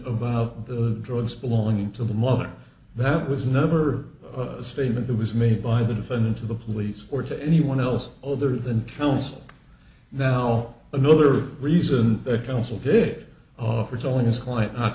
about the drugs belonging to the mother that was never a statement that was made by the defendant to the police or to anyone else other than counsel now another reason that counsel gig for telling his client not